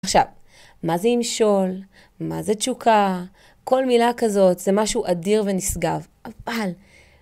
עכשיו, מה זה אמשול? מה זה תשוקה? כל מילה כזאת זה משהו אדיר ונשגב.